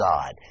God